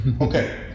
Okay